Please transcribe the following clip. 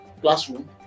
classroom